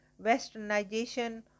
westernization